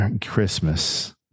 Christmas